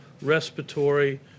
respiratory